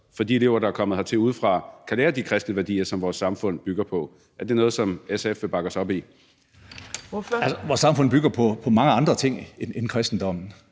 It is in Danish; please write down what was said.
for at de elever, der er kommet hertil udefra, kan lære af de kristne værdier, som vores samfund bygger på. Er det noget, som SF vil bakke os op i? Kl. 12:47 Fjerde næstformand (Trine